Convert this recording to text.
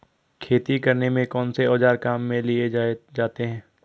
खेती करने में कौनसे औज़ार काम में लिए जाते हैं?